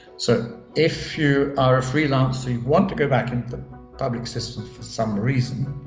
so if you are a freelancer, you want to go back into the public system for some reason.